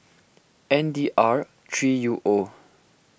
N D R three U O